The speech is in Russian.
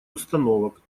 установок